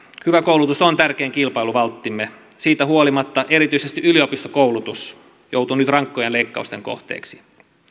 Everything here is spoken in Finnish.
hyvä koulutus on tärkein kilpailuvalttimme siitä huolimatta erityisesti yliopistokoulutus joutuu nyt rankkojen leikkausten kohteeksi